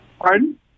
Pardon